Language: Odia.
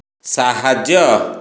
ସାହାଯ୍ୟ